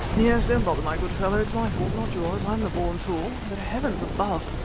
yes. don't bother, my good fellow, it's my fault, not yours. i'm the born fool. but heavens above!